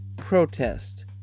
protest